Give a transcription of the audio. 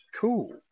cool